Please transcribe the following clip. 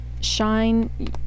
shine